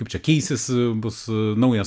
kaip čia keisis bus naujas